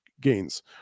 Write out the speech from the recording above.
gains